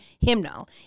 hymnal